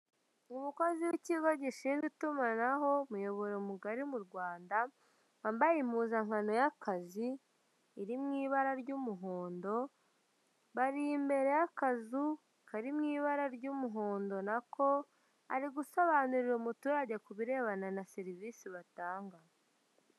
Umukozi w'ikigo gishinzwe itumanaho umuyoboro mugari mu Rwanda, wambaye impuzamkano y'akazi, iri mu ibara ry'umuhondo bari imbere y'akazu kar mu ibara ry'umuhondo nako, ari gusobanurira umuturage ku birebana na serivise batanga.